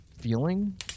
feeling